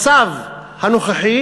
המצב הנוכחי